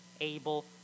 able